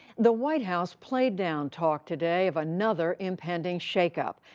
the white house played down talk today of another impending shakeup,